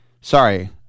Sorry